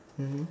mmhmm